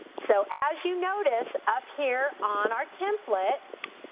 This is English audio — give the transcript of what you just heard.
so as you notice up here on our template,